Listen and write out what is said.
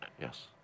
yes